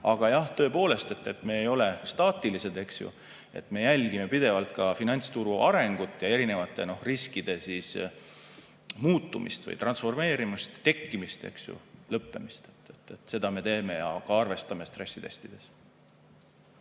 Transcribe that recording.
Aga jah, tõepoolest, me ei ole staatilised, eks ju. Me jälgime pidevalt ka finantsturu arengut ja erinevate riskide muutumist või transformeerumist, tekkimist, lõppemist. Seda me teeme ja ka arvestame stressitestides.